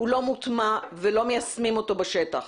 הוא לא מוטמע ולא מיישמים אותו בשטח.